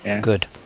Good